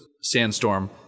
sandstorm